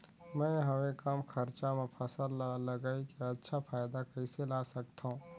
मैं हवे कम खरचा मा फसल ला लगई के अच्छा फायदा कइसे ला सकथव?